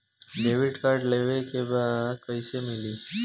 Debit card लेवे के बा कईसे मिली?